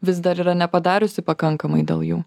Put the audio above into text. vis dar yra nepadariusi pakankamai dėl jų